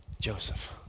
Joseph